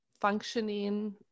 functioning